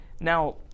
Now